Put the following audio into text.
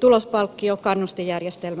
tulospalkkiokannustinjärjestelmä käytössään